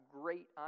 great